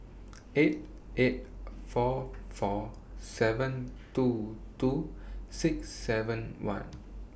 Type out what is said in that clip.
eight eight four four seven two two six seven one